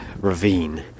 ravine